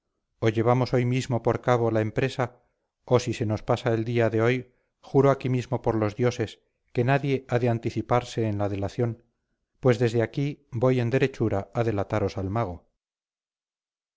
o llevamos hoy mismo por cabo la empresa o si se nos pasa el día de hoy juro aquí mismo por los dioses que nadie ha de anticiparse en la delación pues desde aquí voy en derechura a delataros al mago